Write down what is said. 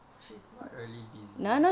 she's not really busy